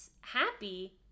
happy